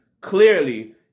clearly